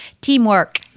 teamwork